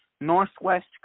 Northwest